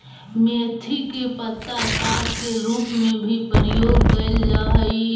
मेथी के पत्ता साग के रूप में भी प्रयोग कैल जा हइ